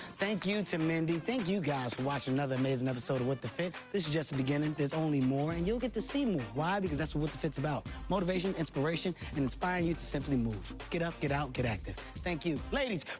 thank you to mindy. thank you guys for watching another amazing episode of what the fit. this is just the beginning. there's only more. and you'll get to see more. why? because that's what what the fit is about. motivation, inspiration, and inspiring you to simply move. get up, get out, get active. thank you. ladies.